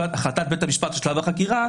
שהחלטת בית המשפט בשלב החקירה,